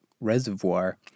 Reservoir